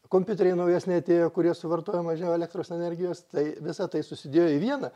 kompiuteriai naujesni atėjo kurie suvartoja mažiau elektros energijos tai visa tai susidėjo į vieną